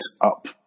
up